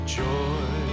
joy